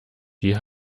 die